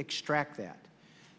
extract that